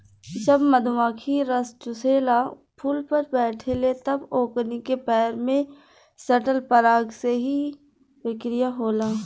जब मधुमखी रस चुसेला फुल पर बैठे ले तब ओकनी के पैर में सटल पराग से ई प्रक्रिया होला